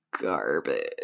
garbage